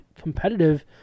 competitive